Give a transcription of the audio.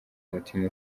umutima